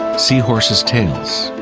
seahorses' tails.